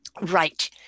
Right